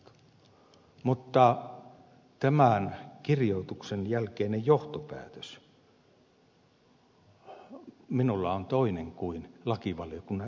mutta tämän kirjoituksen jälkeinen johtopäätös minulla on toinen kuin lakivaliokunnan enemmistöllä